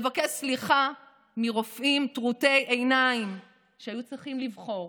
לבקש סליחה מרופאים טרוטי עיניים שהיו צריכים לבחור